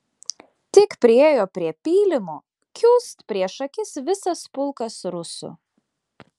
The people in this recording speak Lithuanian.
tik priėjo prie pylimo kiūst prieš akis visas pulkas rusų